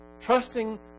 trusting